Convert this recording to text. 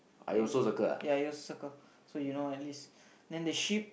okay ya you also circle so you know at least then the sheep